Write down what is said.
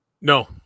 No